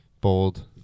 Bold